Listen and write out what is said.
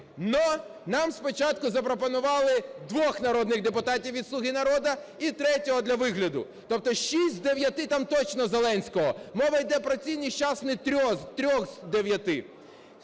Но нам спочатку запропонували двох народних депутатів від "Слуги народу" і третього для вигляду. Тобто 6 з 9 там точно Зеленського. Мова йде про ці нещасні 3 з 9.